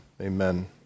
amen